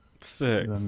sick